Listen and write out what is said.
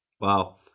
wow